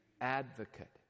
Advocate